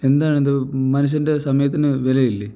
എന്താണിത് മനുഷ്യൻ്റെ സമയത്തിന് വില ഇല്ലേ